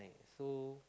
so